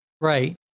Right